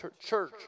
church